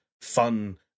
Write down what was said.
fun